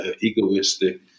egoistic